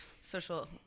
social